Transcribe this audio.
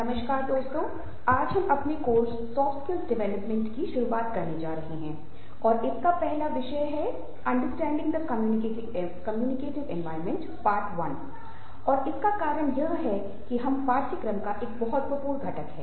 नमस्कार दोस्तों आज हम अपने कोर्स सॉफ्ट स्किल्स डेवलपमेंट की शुरुवात करने जा रहे है और इसका पहला विषय है अंडरस्टैंडिंग द कम्यूनिकेटिव एनवायरनमेंट और इसका कारण यह है कि यह पाठ्यक्रम का एक बहुत महत्वपूर्ण घटक है